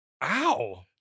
Ow